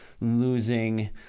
losing